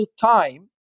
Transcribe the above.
time